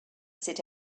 sit